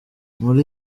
muri